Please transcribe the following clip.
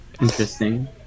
Interesting